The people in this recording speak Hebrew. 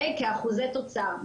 כאחוזי תוצר.